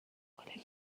گلی